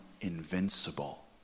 invincible